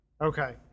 Okay